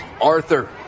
arthur